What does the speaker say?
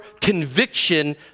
conviction